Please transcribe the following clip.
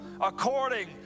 according